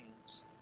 hands